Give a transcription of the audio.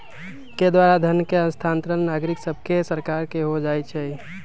के द्वारा धन के स्थानांतरण नागरिक सभसे सरकार के हो जाइ छइ